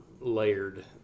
layered